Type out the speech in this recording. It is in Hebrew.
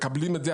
מקבלים את זה,